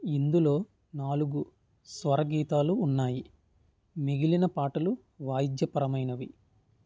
ఇందులో నాలుగు స్వర గీతాలు ఉన్నాయి మిగిలిన పాటలు వాయిద్య పరమైనవి